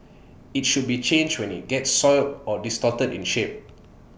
IT should be changed when IT gets soiled or distorted in shape